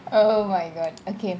oh my god okay